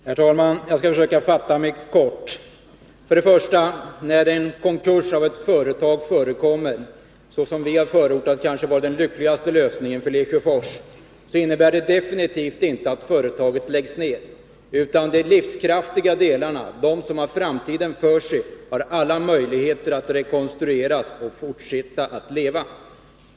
Herr talman! Jag skall försöka fatta mig kort. En konkurs, som vi har föreslagit som den lyckligaste lösningen för Lesjöfors, innebär definitivt inte att företaget läggs ner, utan de livskraftiga delarna, som har framtiden för sig och har alla möjligheter att fortsätta leva, rekonstrueras.